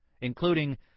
including